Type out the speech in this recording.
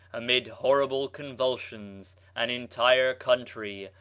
amid horrible convulsions, an entire country,